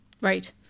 Right